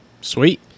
Sweet